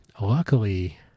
luckily